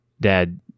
dad